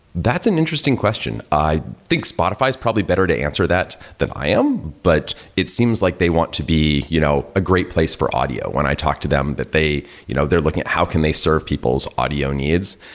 that's an interesting question. i think spotify is probably better to answer that than i am, but it seems like they want to be you know a great place for audio. when i talked to them, that you know they're looking at how can they serve people's audio needs,